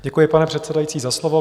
Děkuji, pane předsedající, za slovo.